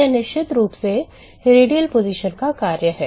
यह निश्चित रूप से रेडियल स्थिति का कार्य है